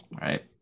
Right